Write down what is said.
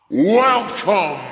Welcome